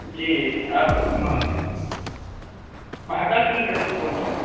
जी आप म महाकाल बिल्डर्स से बोल रहे हैं